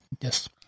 Yes